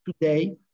today